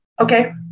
Okay